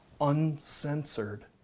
uncensored